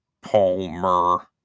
Palmer